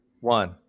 One